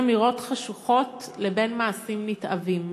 בין אמירות חשוכות לבין מעשים נתעבים.